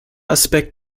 aspekt